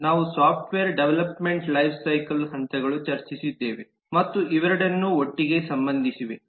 ನಾವು software development lifecycle ಹಂತಗಳು ಚರ್ಚಿಸಿದ್ದೇವೆ ಮತ್ತು ಇವೆರಡನ್ನೂ ಒಟ್ಟಿಗೆ ಸಂಬಂಧಿಸಿವೆ